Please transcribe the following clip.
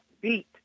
beat